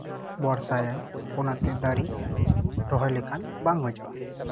ᱵᱚᱨᱥᱟᱭᱟᱭ ᱚᱱᱟᱛᱮ ᱫᱟᱨᱮ ᱨᱚᱦᱚᱭ ᱞᱮᱠᱷᱟᱱ ᱵᱟᱝ ᱜᱚᱡᱚᱜᱼᱟ